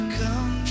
come